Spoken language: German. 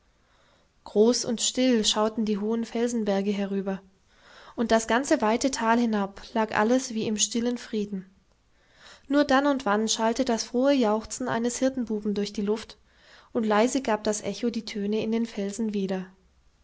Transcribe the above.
groß und still schauten die hohen felsenberge herüber und das ganze weite tal hinab lag alles wie im stillen frieden nur dann und wann schallte das frohe jauchzen eines hirtenbuben durch die luft und leise gab das echo die töne in den felsen wieder